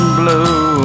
blue